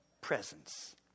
presence